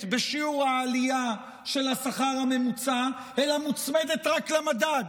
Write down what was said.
בשיעור העלייה של השכר הממוצע אלא מוצמדות רק למדד.